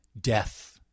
death